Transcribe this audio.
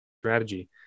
strategy